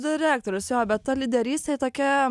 direktorius jo bet ta lyderystė tokia